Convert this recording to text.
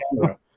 camera